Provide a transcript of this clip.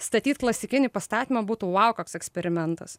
statyt klasikinį pastatymą būtų vau koks eksperimentas